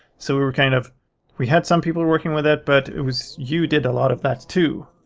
so we were kind of we had some people working with it but it was you did a lot of that too,